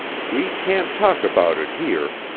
we can't talk about it here,